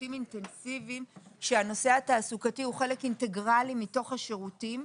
שירותים אינטנסיביים שהנושא התעסוקתי הוא חלק אינטגרלי מתוך השירותים.